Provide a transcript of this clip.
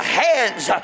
hands